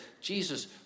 Jesus